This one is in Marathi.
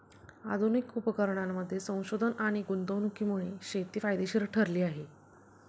आधुनिक उपकरणांमध्ये संशोधन आणि गुंतवणुकीमुळे शेती फायदेशीर ठरली आहे